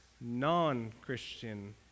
Non-Christian